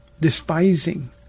despising